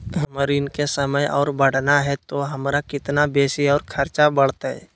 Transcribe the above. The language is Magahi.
हमर ऋण के समय और बढ़ाना है तो हमरा कितना बेसी और खर्चा बड़तैय?